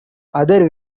other